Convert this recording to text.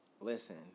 Listen